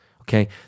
okay